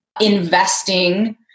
investing